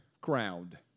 crowd